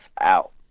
out